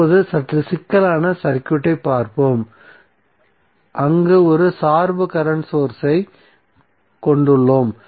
இப்போது சற்று சிக்கலான சர்க்யூட்டை பார்ப்போம் அங்கு ஒரு சார்பு கரண்ட் சோர்ஸ் ஐ கொண்டுள்ளோம்